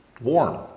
warm